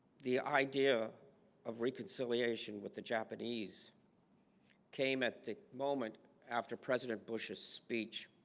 the idea of reconciliation with the japanese came at the moment after president bush's speech